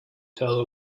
tell